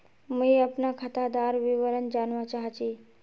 मुई अपना खातादार विवरण जानवा चाहची?